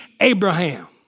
Abraham